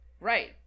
Right